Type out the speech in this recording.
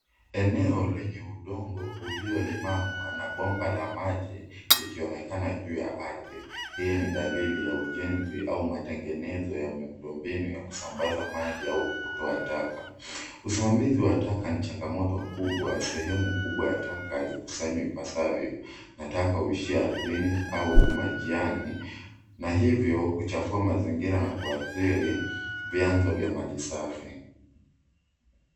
Eneo lenye udongo uliolimwa na bomba la maji likionekana juu ya ardhi. Hii ni dalili ya ujenzi au matengenezo ya miundo mbinu ya kusambaza maji au kutoa taka. Usimamizi wa taka ni changamoto kubwa sehemu kubwa ya taka, zikusanywe ipasavyo na taka huishia ardhini au majini, na hivyo kuchafua mazingira na kuathiri vyanzo vya maji safi.